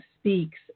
Speaks